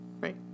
Right